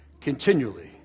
Continually